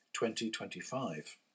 2025